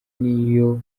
niyo